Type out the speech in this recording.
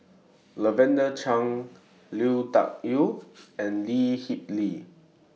Lavender Chang Lui Tuck Yew and Lee Kip Lee